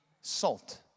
salt